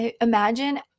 imagine